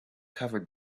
covered